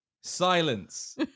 silence